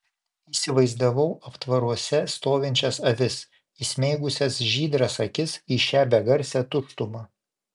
įsivaizdavau aptvaruose stovinčias avis įsmeigusias žydras akis į šią begarsę tuštumą